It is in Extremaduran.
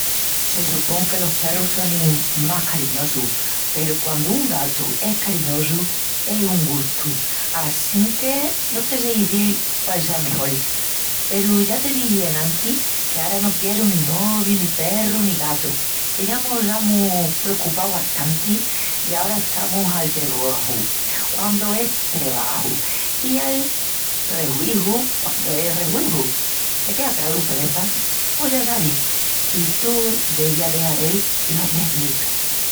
Se supon que los perrus sonin más cariñosus peru quandu un gatu es cariñosu es un gustu assinque no te sé izil quál sea mejol. Peru ya te dixi enantis que ara no quieru ni noviu ni perru ni gatu. Que ya mos amus precupau bastanti i ara estamus al trebaju, quandu es trebaju, i al rehuíju, quandu es rehuíju. Te quea craru, prenda? Pos ya sabis, i tú deviás de hazel lo mesmitu.